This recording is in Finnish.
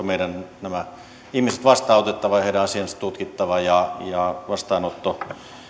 meidän on nämä ihmiset vastaanotettava ja heidän asiansa tutkittava ja ja